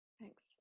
Thanks